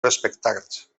respectats